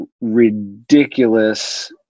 ridiculous